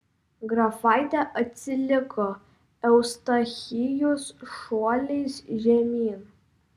grafaitė atsiliko eustachijus šuoliais žemyn